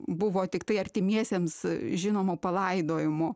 buvo tiktai artimiesiems žinomų palaidojimų